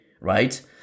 right